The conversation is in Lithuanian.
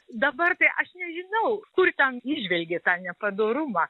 dabar tai aš nežinau kur ten įžvelgė tą nepadorumą